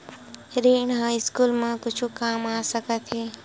ऋण ह स्कूल मा कुछु काम आ सकत हे?